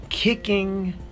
Kicking